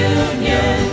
union